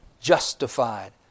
justified